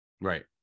Right